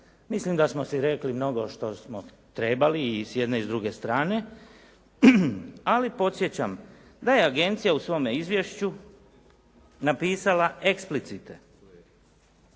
Mislim da smo si rekli mnogo što smo trebali i sjedne i s druge strane, ali podsjećam da je agencija u svome izvješću napisala eksplicite